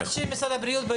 אתה מאשים את משרד הבריאות?